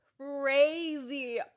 crazy